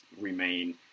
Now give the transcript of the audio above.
remain